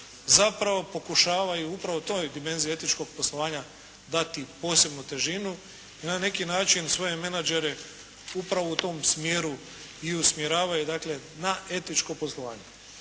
zapravo pokušavaju upravo toj dimenziji etičkog poslovanja dati posebnu težinu i na neki način svoje menadžere upravo u tom smjeru i usmjeravaju, dakle na etičko poslovanje.